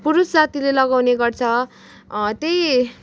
पुरुष जातिले लगाउने गर्छ त्यही